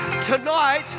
Tonight